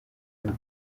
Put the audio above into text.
n’u